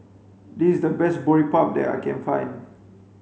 this is the best Boribap that I can find